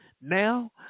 Now